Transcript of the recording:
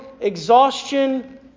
exhaustion